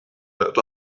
that